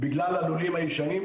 בגלל הלולים הישנים,